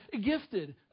gifted